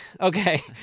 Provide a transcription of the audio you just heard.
Okay